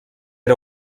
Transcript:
era